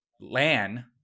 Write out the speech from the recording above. Lan